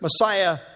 Messiah